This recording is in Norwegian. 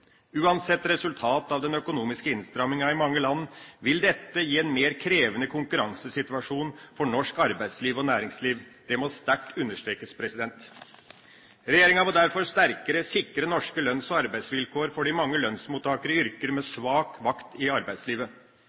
Uansett resultat av den økonomiske innstramminga i mange land vil dette gi en mer krevende konkurransesituasjon for norsk arbeidsliv og næringsliv. Det må sterkt understrekes. Regjeringa må derfor sterkere sikre norske lønns- og arbeidsvilkår for de mange lønnsmottakere i yrker med svak vakt i arbeidslivet,